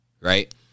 right